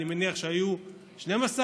אני מניח שהיו 12,